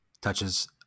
touches